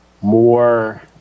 more